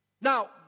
Now